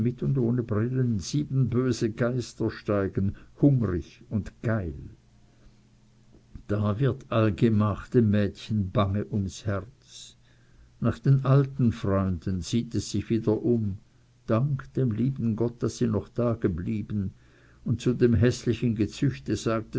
ohne brillen sieben böse geister steigen hungrig und geil da wird allgemach dem mädchen bange ums herz nach den alten freunden sieht es sich wieder um dankt dem lieben gott daß sie noch dageblieben und zu dem häßlichen gezüchte sagt